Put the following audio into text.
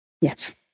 yes